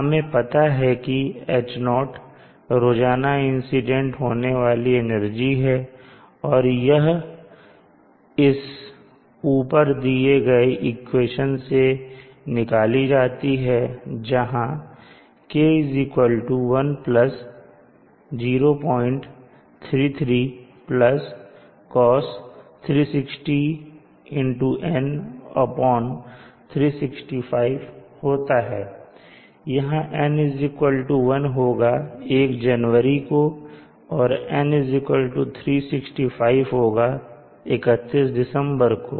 हमें पता है कि H0 रोजाना इंसिडेंट होने वाली एनर्जी है और यह इस ऊपर दिए गए इक्वेशन से निकाली जाती है जहां k 1 0033 Cos360 N 365 होता है यहां N1 होगा 1 जनवरी को और N365 होगा 31 दिसंबर को